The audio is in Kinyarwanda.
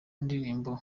indirimbo